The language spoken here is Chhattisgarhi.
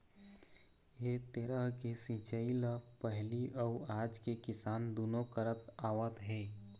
ए तरह के सिंचई ल पहिली अउ आज के किसान दुनो करत आवत हे